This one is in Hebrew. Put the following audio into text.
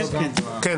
כן.